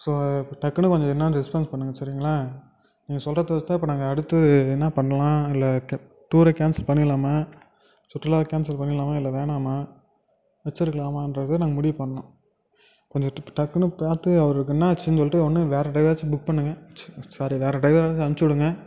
so டக்குனு கொஞ்சம் என்னென்னு ரெஸ்பான்ஸ் பண்ணுங்க சரிங்களா நீங்கள் சொல்கிறத வச்சு தான் இப்போ நாங்கள் அடுத்து என்ன பண்ணலாம் இல்லை கெ டூரை கேன்சல் பண்ணிடலாமா சுற்றுலாவை கேன்சல் பண்ணிடலாமா இல்லை வேணாமா வச்சுருக்கலாமான்றத நாங்கள் முடிவு பண்ணணும் கொஞ்சம் டிக் டக்குனு பார்த்து அவருக்கு என்ன ஆச்சுனு சொல்லிட்டு ஒன்று வேறு ட்ரைவராச்சும் புக் பண்ணுங்க ச்சு சாரி வேறு ட்ரைவராச்சும் அனுப்பிச்சு விடுங்க